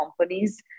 companies